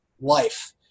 life